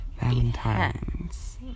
Valentine's